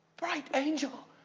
bright angel!